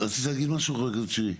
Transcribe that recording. רצית להגיד משהו חבר הכנסת שירי?